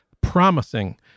promising